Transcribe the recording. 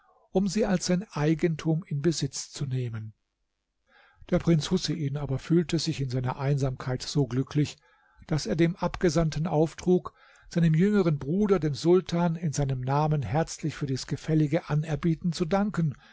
um sie als sein eigentum in besitz zu nehmen der prinz husein aber fühlte sich in seiner einsamkeit so glücklich daß er dem abgesandten auftrug seinem jüngeren bruder dem sultan in seinem namen herzlich für dies gefällige anerbieten zu danken